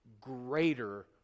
greater